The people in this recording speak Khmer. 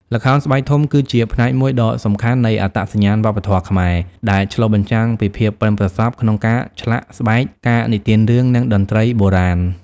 ល្ខោនស្បែកធំគឺជាផ្នែកមួយដ៏សំខាន់នៃអត្តសញ្ញាណវប្បធម៌ខ្មែរ ដែលឆ្លុះបញ្ចាំងពីភាពប៉ិនប្រសប់ក្នុងការឆ្លាក់ស្បែក ការនិទានរឿង និងតន្ត្រីបុរាណ ។